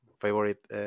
favorite